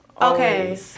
Okay